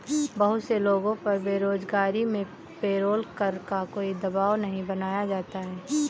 बहुत से लोगों पर बेरोजगारी में पेरोल कर का कोई दवाब नहीं बनाया जाता है